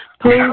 Please